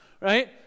Right